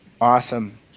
awesome